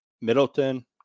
Middleton